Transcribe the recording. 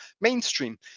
mainstream